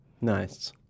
Nice